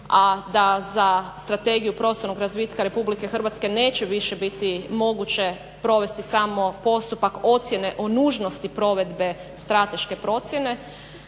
a da za Strategiju prostornog razvitka Republike Hrvatske neće više biti moguće provesti samo postupak ocjene o nužnosti provedbe strateške procjene,